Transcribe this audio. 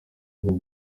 bagira